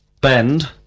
bend